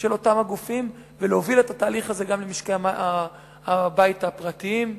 של אותם הגופים ולהוביל את התהליך הזה גם למשקי-הבית הפרטיים.